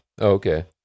Okay